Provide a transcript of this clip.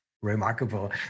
remarkable